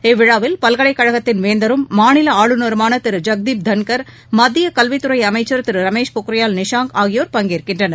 இவ்விழாவில் பல்கலைக்கழகத்தின் வேந்தரும் மாநில ஆளுநருமான திரு ஜெகதீப் தன்கள் மத்திய கல்வித்துறை அமைச்சர் திரு ரமேஷ் பொக்ரியால் நிஷாங்க் ஆகியோர் பங்கேற்கின்றனர்